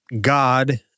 God